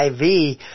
IV